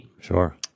Sure